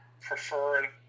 prefer